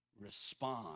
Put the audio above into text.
respond